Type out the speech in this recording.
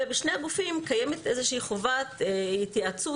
ובשני הגופים קיימת איזושהי חובת התייעצות